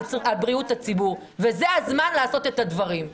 בריאות הציבור וזה הזמן לעשות את הדברים.